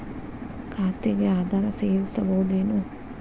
ಖಾತೆಗೆ ಆಧಾರ್ ಸೇರಿಸಬಹುದೇನೂ?